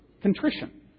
Contrition